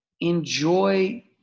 enjoy